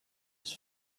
his